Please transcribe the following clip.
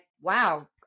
wow